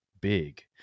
big